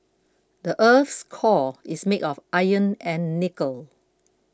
the earth's core is made of iron and nickel